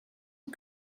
een